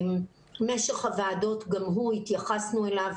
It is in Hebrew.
משך הוועדות, התייחסנו גם אליו.